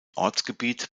ortsgebiet